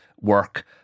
work